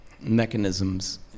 mechanisms